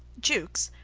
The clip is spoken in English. jukes,